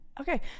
Okay